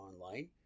online